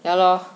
ya lor